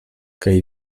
kaj